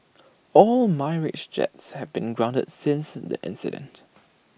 all Mirage jets have been grounded since the incident